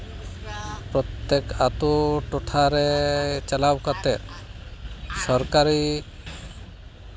ᱯᱨᱚᱛᱮᱠ ᱟᱹᱛᱩ ᱴᱚᱴᱷᱟ ᱨᱮ ᱪᱟᱞᱟᱣ ᱠᱟᱛᱮᱫ ᱥᱚᱨᱠᱟᱨᱤ